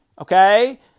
okay